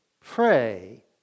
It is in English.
pray